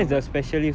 ya correct